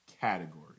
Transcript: category